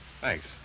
Thanks